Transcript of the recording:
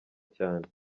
cyane